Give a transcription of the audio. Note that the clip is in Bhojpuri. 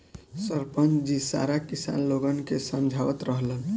सरपंच जी सारा किसान लोगन के समझावत रहलन